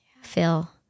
Feel